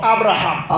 Abraham